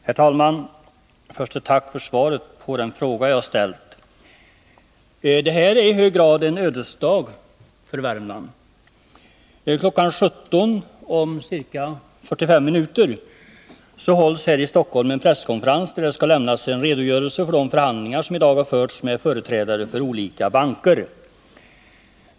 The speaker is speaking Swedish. Herr talman! Först ett tack för svaret på min fråga. Det här är i hög grad en ödesdag för Värmland. KI. 17.00, om 45 minuter, hålls här i Stockholm en presskonferens där det skall lämnas en redogörelse för de förhandlingar som i dag har förts med företrädare för olika banker.